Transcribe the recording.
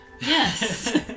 Yes